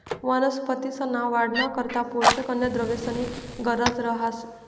वनस्पतींसना वाढना करता पोषक अन्नद्रव्येसनी गरज रहास